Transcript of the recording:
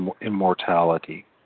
immortality